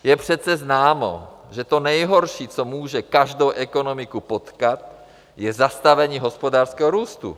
Je přece známo, že to nejhorší, co může každou ekonomiku potkat, je zastavení hospodářského růstu.